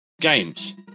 games